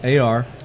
AR